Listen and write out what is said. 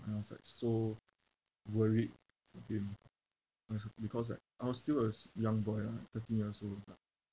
and I was like so worried I've been it was because like I was still a s~ young boy lah thirteen years old lah